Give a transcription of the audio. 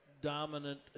dominant